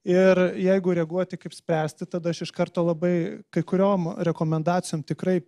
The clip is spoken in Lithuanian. ir jeigu reaguoti kaip spręsti tada aš iš karto labai kai kuriom rekomendacijom tikrai